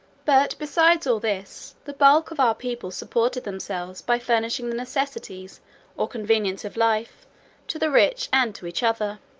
but beside all this, the bulk of our people supported themselves by furnishing the necessities or conveniences of life to the rich and to each other.